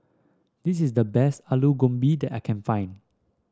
this is the best Alu Gobi that I can find